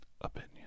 Opinion